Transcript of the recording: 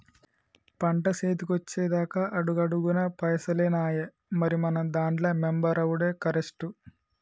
పంట సేతికొచ్చెదాక అడుగడుగున పైసలేనాయె, మరి మనం దాంట్ల మెంబరవుడే కరెస్టు